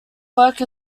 work